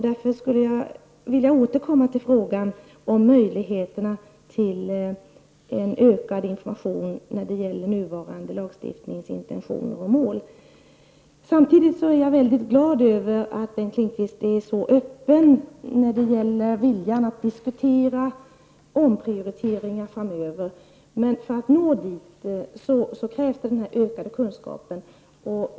Därför vill jag återkomma till frågan om möjligheterna till en ökad omfattning av information när det gäller den nuvarande lagstiftningens intentioner och mål. Samtidigt är jag glad över att Bengt Lindqvist är så öppen när det gäller viljan att diskutera omprioriteringar framöver. För att nå dit krävs den ökade kunskapen.